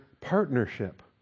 partnership